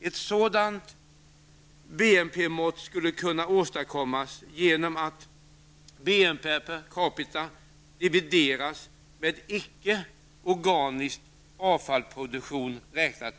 Ett sådant BNP-mått skulle kunna åstadkommas genom att BNP per capita divideras med icke organisk avfallsproduktion per capita.